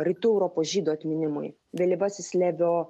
rytų europos žydų atminimui vėlyvasis levio